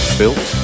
built